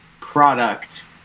product